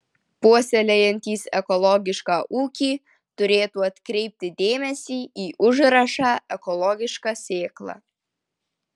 puoselėjantys ekologišką ūkį turėtų atkreipti dėmesį į užrašą ekologiška sėkla